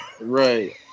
Right